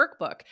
workbook